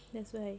that's why